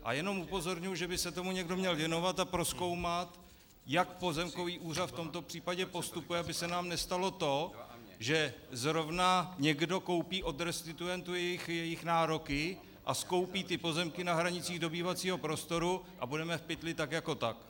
A jenom upozorňuji, že by se tomu někdo měl věnovat a prozkoumat, jak pozemkový úřad v tomto případě postupuje, aby se nám nestalo to, že zrovna někdo koupí od restituentů jejich nároky a skoupí pozemky na hranicích dobývacího prostoru, a budeme v pytli tak jako tak.